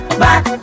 back